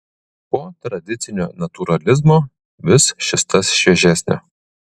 po tradicinio natūralizmo vis šis tas šviežesnio